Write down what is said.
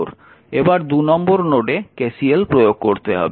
এবার 2 নম্বর নোডে KCL প্রয়োগ করতে হবে